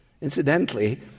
Incidentally